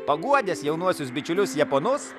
paguodęs jaunuosius bičiulius japonus